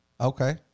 Okay